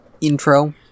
intro